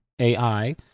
ai